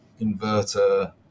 inverter